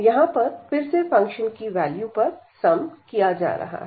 यहां पर फिर से फंक्शन की वैल्यू पर सम किया जा रहा है